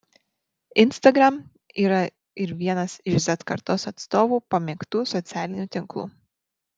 instagram yra ir vienas iš z kartos atstovų pamėgtų socialinių tinklų